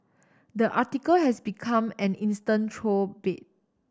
the article has become an instant troll bait